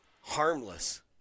harmless